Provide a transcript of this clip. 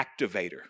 activator